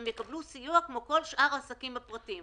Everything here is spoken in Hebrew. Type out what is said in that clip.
הם יקבלו סיוע כמו שאר העסקים הפרטיים.